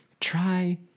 try